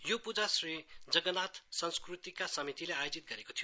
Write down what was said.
यो पूजा श्री जग्गनाथ संस्कृतिका समितिले आयोजत गरेको थियो